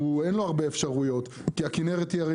אין לו הרבה אפשרויות כי הכנרת היא הרי